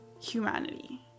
humanity